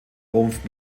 rumpf